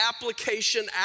application